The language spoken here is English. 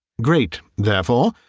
great, therefore,